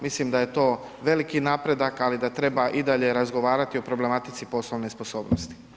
Mislim da je to veliki napredak ali da treba i dalje razgovarati o problematici poslovne sposobnosti.